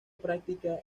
práctica